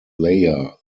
layer